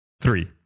Three